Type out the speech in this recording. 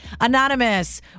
Anonymous